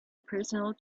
personal